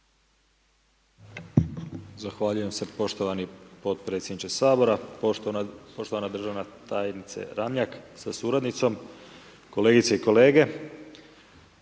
Zahvaljujem se poštovani potpredsjedniče Sabora, poštovana državna tajnice Ramljak, sa suradnicom, kolegice i kolege.